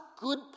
good